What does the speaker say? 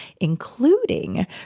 including